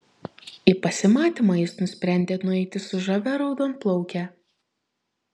į pasimatymą jis nusprendė nueiti su žavia raudonplauke